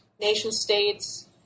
nation-states